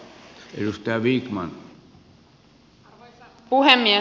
arvoisa puhemies